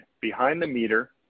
behind-the-meter